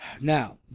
Now